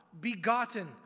begotten